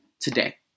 today